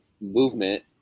movement